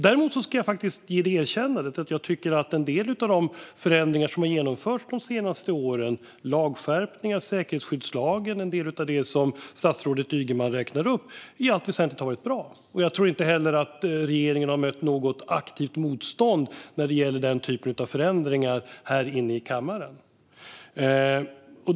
Däremot ska jag faktiskt ge det erkännandet att jag tycker att en del av de förändringar som har genomförts de senaste åren - lagskärpningar, säkerhetsskyddslagen och en del av det som statsrådet Ygeman räknade upp - i allt väsentligt har varit bra. Jag tror inte heller att regeringen har mött något aktivt motstånd här inne i kammaren när det gäller den typen av förändringar.